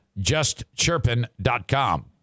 JustChirpin.com